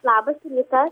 labas rytas